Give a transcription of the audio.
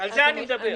על זה אני מדבר.